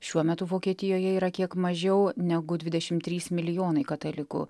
šiuo metu vokietijoje yra kiek mažiau negu dvidešim trys milijonai katalikų